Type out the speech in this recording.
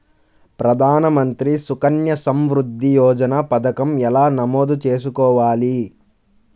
ప్రధాన మంత్రి సుకన్య సంవృద్ధి యోజన పథకం ఎలా నమోదు చేసుకోవాలీ?